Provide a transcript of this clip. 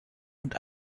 und